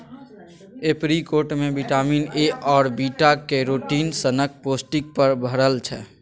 apricot मे vitamin A आर beta carotene सनक पौष्टिक भरल छै